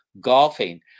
golfing